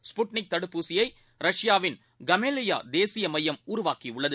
Sputnik தடுப்பூசியை ரஷ்யாவின் கமாலயாதேசியமையம் உருவாக்கியுள்ளது